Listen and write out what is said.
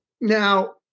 now